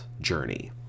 journey